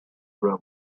grow